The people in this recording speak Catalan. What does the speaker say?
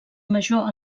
major